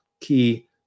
key